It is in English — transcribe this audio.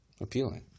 appealing